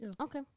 Okay